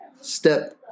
step-